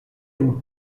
vous